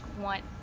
want